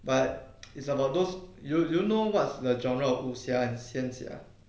but it's about those you you know what's the genre of 武侠 and 现侠